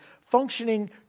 functioning